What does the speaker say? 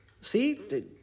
See